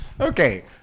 Okay